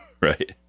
right